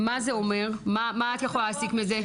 מה זה אומר, מה את יכולה להסיק מזה?